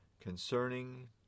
concerning